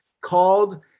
called